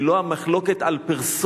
והיא לא המחלוקת על פרסונה.